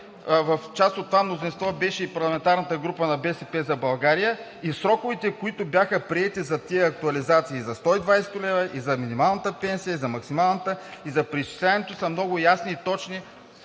В част от това мнозинство беше и парламентарната група на „БСП за България“ и сроковете, които бяха приети за тези актуализации, за 120 лв. – и за минималната пенсия, и за максималната, и за преизчисляването са много ясни и точни